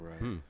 Right